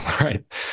right